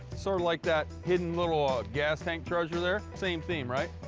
sort of like that hidden little ah gas tank treasure there, same theme, right?